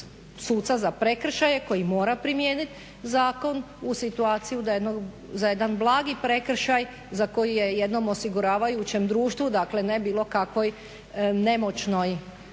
suca za prekršaje koji mora primijeniti zakon u situaciju da za jedan blagi prekršaj za koji je jednom osiguravajućem društvu, dakle ne bilo kakvoj nemoćnoj